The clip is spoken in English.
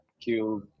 cube